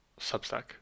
Substack